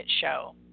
Show